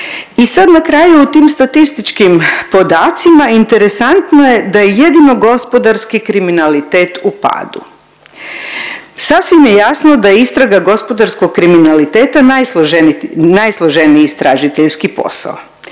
I sad na kraju u tim statističkim podacima interesantno je da je jedino gospodarski kriminalitet u padu. Sasvim je jasno da istraga gospodarskog kriminaliteta najsloženiji istražiteljski posao.